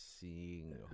seeing